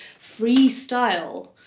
freestyle